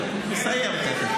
אני תכף מסיים.